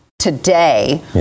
Today